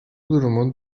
durumun